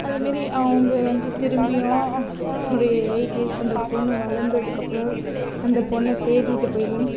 அது மாரி அவங்க வந்து திரும்பியும் ஒரு எயிட் இயர்ஸ் அந்த பொண்ணு வளர்ந்ததுக்கு அப்புறம் அந்த பொண்ணை தேடிகிட்டு போய்